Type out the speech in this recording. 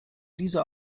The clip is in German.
dieser